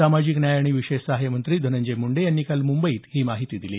सामाजिक न्याय आणि विशेष सहाय्य मंत्री धनंजय मुंडे यांनी काल मुंबईत ही माहिती दिली